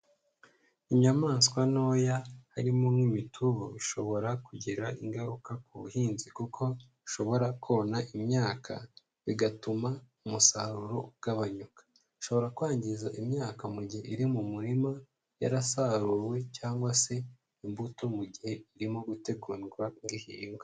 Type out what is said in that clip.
Inyamaswa ntoya, harimo nk'imitubu, ishobora kugira ingaruka ku buhinzi kuko bishobora kona imyaka. Bigatuma umusaruro ugabanyuka. Ushobora kwangiza imyaka mu gihe iri mu murima, yarasaruwe, cyangwa se imbuto, mu gihe irimo gutegurwa gihingwe.